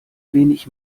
wenig